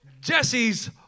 Jesse's